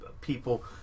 people